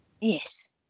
Yes